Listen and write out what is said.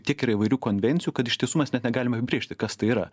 tiek yra įvairių konvencijų kad iš tiesų mes net negalime apibrėžti kas tai yra